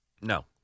No